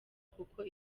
kuko